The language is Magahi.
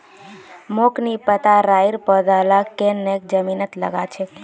मोक नी पता राइर पौधा लाक केन न जमीनत लगा छेक